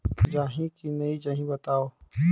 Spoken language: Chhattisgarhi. जाही की नइ जाही बताव?